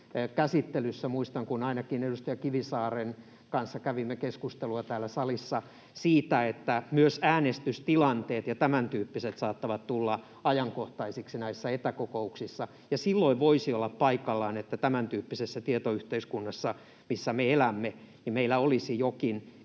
käsittelystä muistan, kun ainakin edustaja Kivisaaren kanssa kävimme keskustelua täällä salissa siitä, että myös äänestystilanteet ja tämäntyyppiset saattavat tulla ajankohtaisiksi näissä etäkokouksissa ja silloin voisi olla paikallaan, että tämäntyyppisessä tietoyhteiskunnassa, missä me elämme, meillä olisi jokin